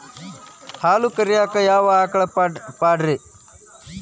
ಹಾಲು ಕರಿಯಾಕ ಯಾವ ಆಕಳ ಪಾಡ್ರೇ?